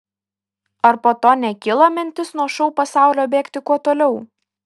ar po to nekilo mintis nuo šou pasaulio bėgti kuo toliau